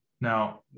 Now